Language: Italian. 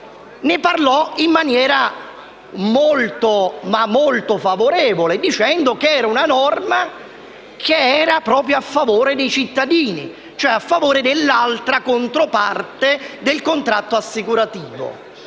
ne parlò in maniera molto favorevole dicendo che si trattava di una norma a favore dei cittadini, cioè a favore della controparte nel contratto assicurativo.